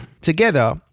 together